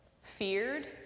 feared